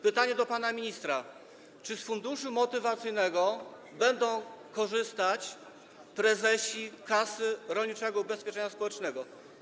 Pytanie do pana ministra: Czy z funduszu motywacyjnego będą korzystać prezesi Kasy Rolniczego Ubezpieczenia Społecznego?